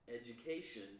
education